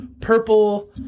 purple